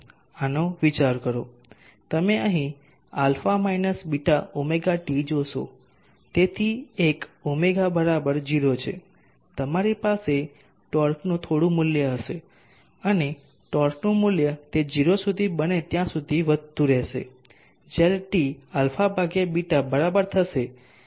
આનો વિચાર કરો તમે અહીં α β ωt જોશો તેથી એક ω બરાબર 0 છે તમારી પાસે ટોર્કનું થોડું મૂલ્ય હશે અને ટોર્કનું મૂલ્ય તે 0 સુધી બને ત્યાં સુધી વધતું રહેશે જ્યારે t α β બરાબર થશે